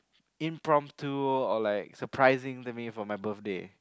impromptu or like surprising me on my birthday